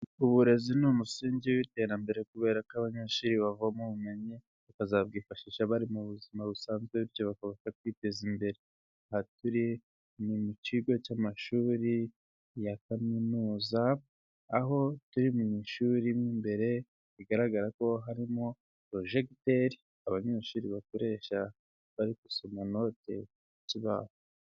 Uburezi ni umusingi w'iterambere kubera ko abanyeshuri bavoma ubumenyi bazabwifashisha bari mu buzima busanzwe bwo bakaba bakwiteza imbere. Aha turi ni mu kigo cy'amashuri ya kaminuza aho turi mu ishuri mo imbere bigaragara ko harimo projegiteri abanyeshuri bakoresha bari gusoma note ku kibaho.